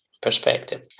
perspective